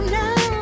now